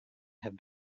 have